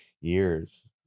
years